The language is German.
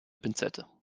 pinzette